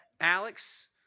Alex